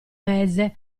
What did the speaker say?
mese